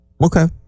Okay